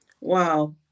wow